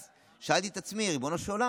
אז שאלתי את עצמי: ריבונו של עולם,